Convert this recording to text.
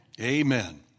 Amen